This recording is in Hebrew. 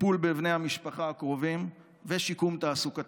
טיפול בבני המשפחה הקרובים ושיקום תעסוקתי.